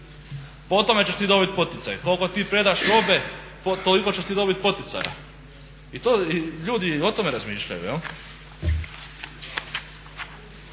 po tome ćeš ti dobiti poticaj. Koliko ti predaš robe toliko ćeš ti dobiti poticaja. I to, ljudi o tome razmišljaju.